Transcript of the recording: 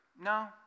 No